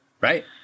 Right